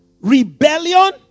rebellion